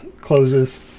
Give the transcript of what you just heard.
closes